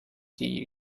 die